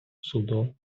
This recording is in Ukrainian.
судом